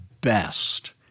best